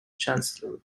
chancellor